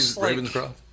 Ravenscroft